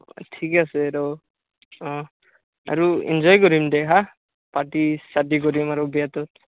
ঠিকে আছে বাৰু অ' আৰু এঞ্জয় কৰিম দে হা পাৰ্টি চাৰ্টি কৰিম আৰু বিয়াটোত